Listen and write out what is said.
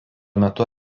metu